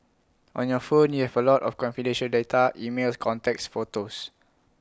on your phones you have A lot of confidential data emails contacts photos